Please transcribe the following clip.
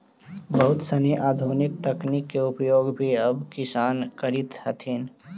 बहुत सनी आधुनिक तकनीक के उपयोग भी अब किसान करित हथिन